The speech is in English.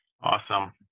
Awesome